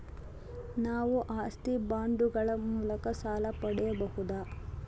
ನಾವು ಆಸ್ತಿ ಬಾಂಡುಗಳ ಮೂಲಕ ಸಾಲ ಪಡೆಯಬಹುದಾ?